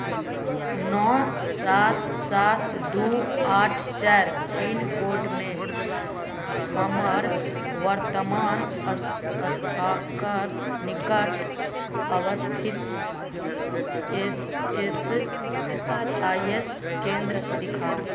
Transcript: नओ सात सात दू आठ चारि पिनकोडमे हमर वर्तमान स्थानक निकट अवस्थित ई एस आई सी केंद्र देखाउ